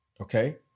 okay